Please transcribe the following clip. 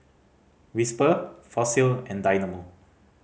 Whisper Fossil and Dynamo